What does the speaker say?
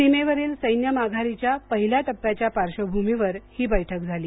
सीमेवरील सैन्य माघारीच्या पहिल्या टप्प्याच्या पार्श्वभूमीवर ही बैठक झाली